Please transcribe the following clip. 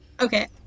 Okay